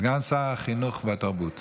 סגן שר החינוך והתרבות